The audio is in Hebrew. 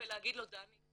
ולהגיד לו "דני,